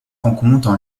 rencontres